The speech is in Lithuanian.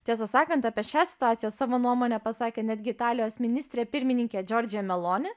tiesą sakant apie šią situaciją savo nuomonę pasakė netgi italijos ministrė pirmininkė džordžija meloni